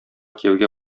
кияүгә